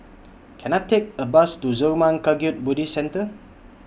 Can I Take A Bus to Zurmang Kagyud Buddhist Centre